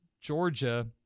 Georgia